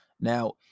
Now